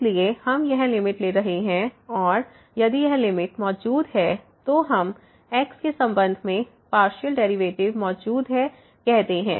इसलिए हम यह लिमिट ले रहे हैं यदि यह लिमिट मौजूद है तो हम x के संबंध में पार्शियल डेरिवेटिव मौजूद है कहते हैं